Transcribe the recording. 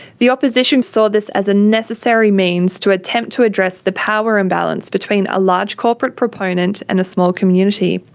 the opposition group saw this as a necessary means to attempt to address the power imbalance between a large corporate proponent and a small community.